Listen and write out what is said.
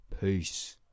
peace